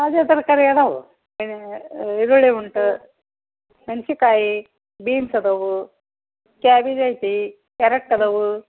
ಅದೇ ತರಕಾರಿ ಅದಾವು ಈರುಳ್ಳಿ ಉಂಟು ಮೆಣ್ಸಿನಕಾಯಿ ಬೀನ್ಸ್ ಅದಾವು ಕ್ಯಾಬಿಜ್ ಐತಿ ಕ್ಯಾರೆಟ್ಟ್ ಅದಾವು